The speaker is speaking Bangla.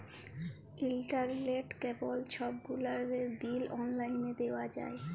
ইলটারলেট, কেবল ছব গুলালের বিল অললাইলে দিঁয়া যায়